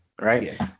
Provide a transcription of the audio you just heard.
Right